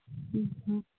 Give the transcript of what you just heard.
ꯎꯝ